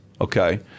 okay